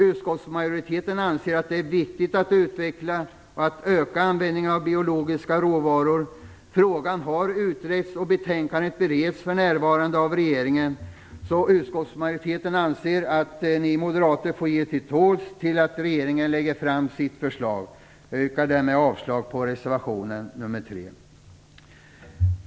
Utskottsmajoriteten anser att det är viktigt att utveckla och öka användningen av biologiska råvaror. Frågan har utretts, och betänkandet bereds för närvarande av regeringen. Utskottsmajoriteten anser därför att ni moderater får ge er till tåls tills regeringen lägger fram sitt förslag. Jag yrkar därmed avslag på reservation nr 3.